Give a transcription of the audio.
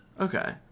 Okay